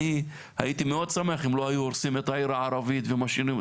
אני הייתי מאוד שמח אם לא היו הורסים את העיר הערבית ומשאירים.